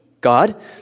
God